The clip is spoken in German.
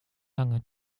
lange